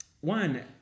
one